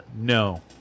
No